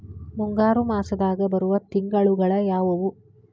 ಮುಂಗಾರು ಮಾಸದಾಗ ಬರುವ ತಿಂಗಳುಗಳ ಯಾವವು?